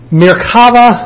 mirkava